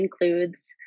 includes